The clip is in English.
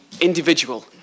individual